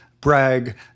brag